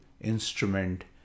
instrument